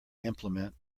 implement